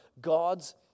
God's